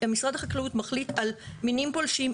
משרד החקלאות מחליט על מינים פולשים,